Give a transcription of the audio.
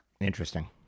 Interesting